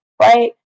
right